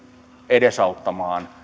edesauttamaan